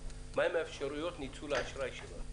מה הן האפשרויות לניצול האשראי שלו?